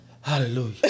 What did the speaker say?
Hallelujah